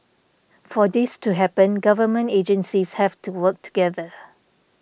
for this to happen government agencies have to work together